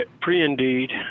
Pre-indeed